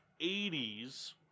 80s